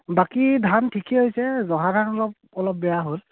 বাকী ধান ঠিকেই হৈছে জহা ধান অলপ অলপ বেয়া হ'ল